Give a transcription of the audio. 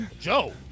Joe